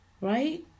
Right